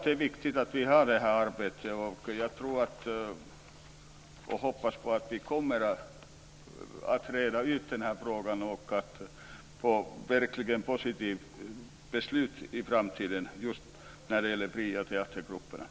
Det är viktigt att vi har detta arbete. Jag hoppas att vi kommer att reda ut frågan och få ett positivt beslut i framtiden för de fria teatergrupperna.